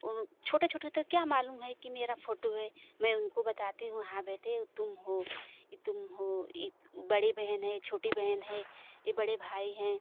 उन छोटे छोटे थे क्या मालूम है कि मेरी फोटो है मैं उनको बताती हूँ हाँ बेटे तुम हो यह बड़ी बहन है छोटी बहन है यह बड़े भाई हैं